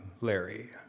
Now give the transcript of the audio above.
Larry